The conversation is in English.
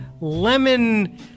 lemon